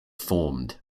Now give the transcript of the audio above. formed